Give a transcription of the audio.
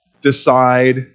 decide